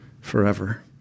forever